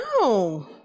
No